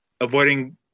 avoiding